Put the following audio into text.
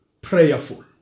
prayerful